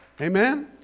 Amen